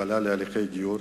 הקלה בהליכי גיור